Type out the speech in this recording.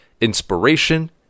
inspiration